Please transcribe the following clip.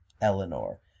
Eleanor